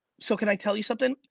so can i tell you something?